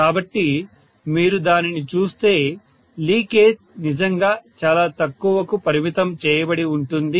కాబట్టి మీరు దానిని చూస్తే లీకేజ్ నిజంగా చాలా తక్కువకు పరిమితం చేయబడి ఉంటుంది